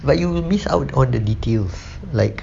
but you will miss out on the details like